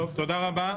תודה רבה.